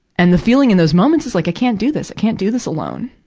and the feeling in those moments is, like, i can't do this. i can't do this alone.